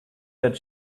that